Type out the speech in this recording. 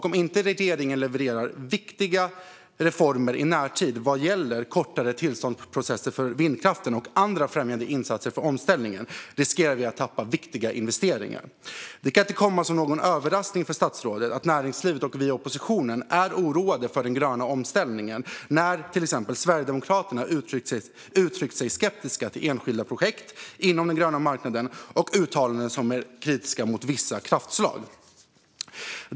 Om inte regeringen levererar viktiga reformer i närtid vad gäller kortare tillståndsprocesser för vindkraften och andra främjande insatser för omställningen riskerar vi att tappa viktiga investeringar. Det kan inte komma som någon överraskning för statsrådet att näringslivet och vi i oppositionen är oroade för den gröna omställningen när till exempel Sverigedemokraterna uttryckt sig skeptiskt till enskilda projekt inom den gröna marknaden och gjort uttalanden som är kritiska mot vissa kraftslag.